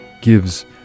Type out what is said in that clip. gives